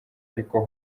ariko